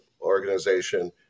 Organization